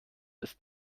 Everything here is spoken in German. ist